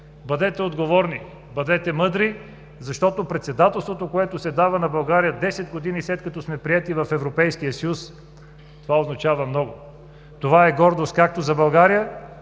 бъдете отговорни, бъдете мъдри, защото председателството, което се дава на България десет години след като сме приети в Европейския съюз, означава много! Това е гордост както за България,